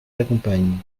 l’accompagne